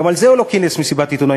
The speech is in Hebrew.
גם על זה הוא לא כינס מסיבת עיתונאים,